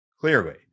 Clearly